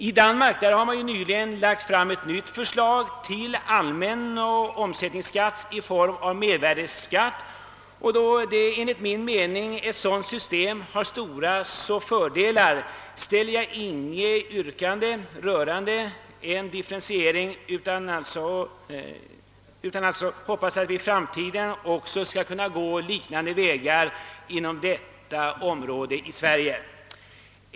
I Danmark har man nyligen lagt fram ett nytt förslag till allmän omsättningsskatt i form av mervärdeskatt, och då enligt min mening ett sådant system har stora fördelar ställer jag inget yrkande om en differentiering, utan hoppas att vi i framtiden skall kunna gå liknande vägar på detta område här i Sverige.